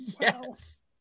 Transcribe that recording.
Yes